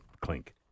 clink